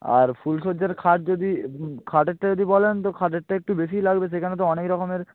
আর ফুলশয্যার খাট যদি খাটেরটা যদি বলেন তো খাটেরটায় একটু বেশিই লাগবে সেখানে তো অনেক রকমের